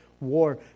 war